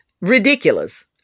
Ridiculous